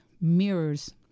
mirrors